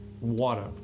water